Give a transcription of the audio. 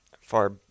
far